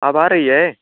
अब आ रही है